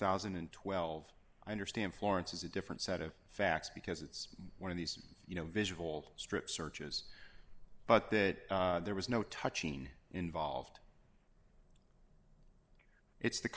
thousand and twelve i understand florence has a different set of facts because it's one of these you know visual strip searches but that there was no touching involved it's the